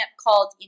called